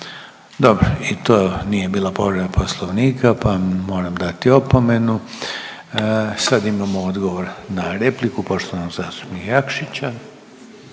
Dobro. I to nije bila povreda Poslovnika pa vam moram dati opomenu. Sad imamo odgovor na repliku poštovanog zastupnika Jakšića.